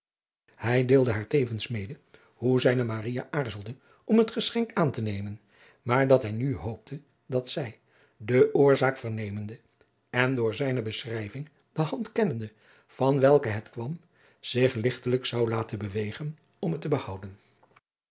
hij deelde haar tevens mede hoe zijne maria aarzelde om het geschenk aan te nemen maar dat hij nu hoopte dat zij de oorzaak vernemende en doorzijne beschrijving de hand kennende van welke het kwam zich ligtelijk zou laten bewegen om het te behouden